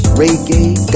reggae